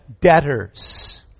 debtors